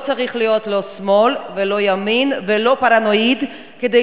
לא צריך להיות לא שמאל ולא ימין ולא פרנואיד כדי